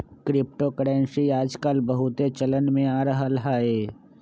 crypto currency याजकाल बहुते चलन में आ रहल हइ